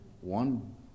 one